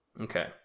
Okay